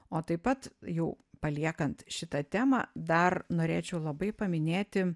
o taip pat jau paliekant šitą temą dar norėčiau labai paminėti